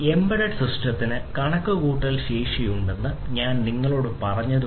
embedded സിസ്റ്റത്തിന് കണക്കുകൂട്ടൽ ശേഷിയുണ്ടെന്ന് ഞാൻ നിങ്ങളോട് പറഞ്ഞതുപോലെ